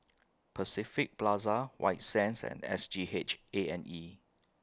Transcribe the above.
Pacific Plaza White Sands and S G H A and E